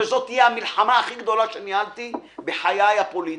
וזאת תהיה המלחמה הכי גדולה שניהלתי בחיי הפוליטיים.